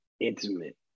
intimate